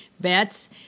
bets